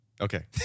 Okay